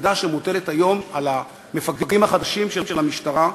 הכבדה שמוטלת היום על המפקדים החדשים של המשטרה,